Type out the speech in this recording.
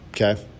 okay